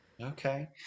Okay